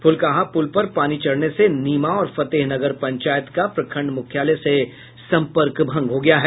फुलकाहा पुल पर पानी चढ़ने से नीमा और फतेह नगर पंचायत का प्रखंड मुख्यालय से संपर्क भंग हो गया है